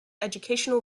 educational